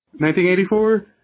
1984